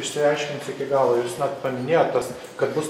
išsiaiškinsiu iki galo jūs paminėjot tas kad bus